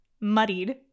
muddied